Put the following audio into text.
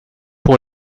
pour